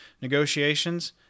negotiations